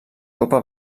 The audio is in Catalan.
copa